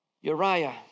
Uriah